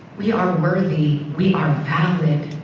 we are worthy, we are valid.